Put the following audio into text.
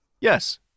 Yes